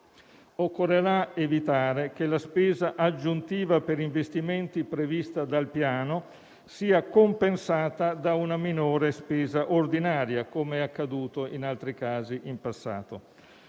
Occorrerà evitare che la spesa aggiuntiva per investimenti prevista dal Piano sia compensata da una minore spesa ordinaria, come accaduto in altri casi in passato.